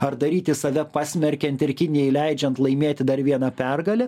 ar daryti save pasmerkiant ir kinijai leidžiant laimėti dar vieną pergalę